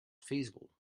feasible